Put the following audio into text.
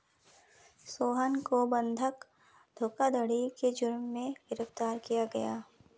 सोहन को बंधक धोखाधड़ी के जुर्म में गिरफ्तार किया गया